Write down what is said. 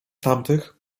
tamtych